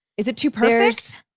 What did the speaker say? is it too perfect?